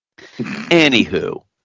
anywho